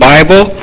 Bible